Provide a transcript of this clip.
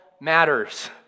matters